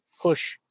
push